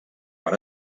per